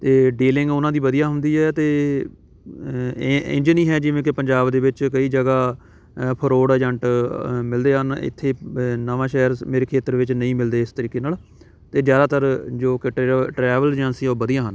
ਅਤੇ ਡੀਲਿੰਗ ਉਹਨਾਂ ਦੀ ਵਧੀਆ ਹੁੰਦੀ ਹੈ ਅਤੇ ਇਹ ਇੰਝ ਨਹੀਂ ਹੈ ਜਿਵੇਂ ਕਿ ਪੰਜਾਬ ਦੇ ਵਿੱਚ ਕਈ ਜਗ੍ਹਾ ਅ ਫਰੋਡ ਏਜੰਟ ਮਿਲਦੇ ਹਨ ਇੱਥੇ ਨਵਾਂ ਸ਼ਹਿਰ ਮੇਰੇ ਖੇਤਰ ਵਿੱਚ ਨਹੀਂ ਮਿਲਦੇ ਇਸ ਤਰੀਕੇ ਨਾਲ ਅਤੇ ਜ਼ਿਆਦਾਤਰ ਜੋ ਕੱਟੇ ਟਰੈਵਲ ਏਜੰਸੀ ਉਹ ਵਧੀਆ ਹਨ